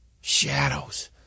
shadows